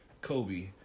Kobe